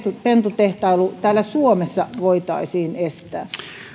pentutehtailu täällä suomessa voitaisiin estää